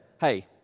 hey